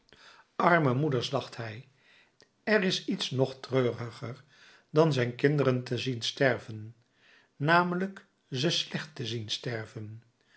arme moeders dacht hij er is iets nog treuriger dan zijn kinderen te zien sterven namelijk ze slecht te zien leven